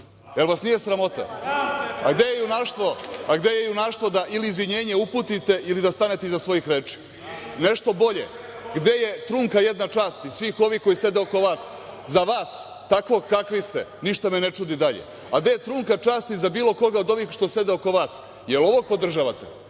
Jel vas nije sramota? A gde je junaštvo? Gde je junaštvo ili izvinjenje uputite ili da stanete iza svojih reči. Nešto bolje, gde je trunka jedna časti svih ovih koji sede oko vas za vas takvog kakvi ste ništa me ne čudi dalje. A gde je trunka časti za bilo koga od ovih što sede oko vas? Jel ovo podržavate?